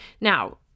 now